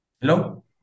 Hello